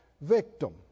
victim